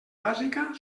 bàsica